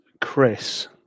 chris